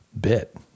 bit